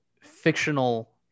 fictional